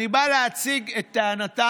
אני בא להציג את טענתם,